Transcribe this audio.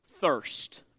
thirst